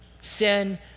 sin